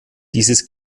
dieses